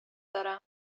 دارم